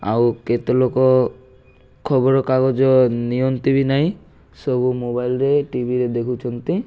ଆଉ କେତେ ଲୋକ ଖବରକାଗଜ ନିଅନ୍ତି ବି ନାଇଁ ସବୁ ମୋବାଇଲରେ ଟିଭିରେ ଦେଖୁଛନ୍ତି